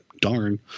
darn